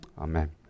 Amen